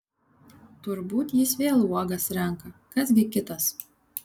turbūt jis vėl uogas renka kas gi kitas